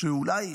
שהיא אולי,